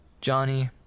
Johnny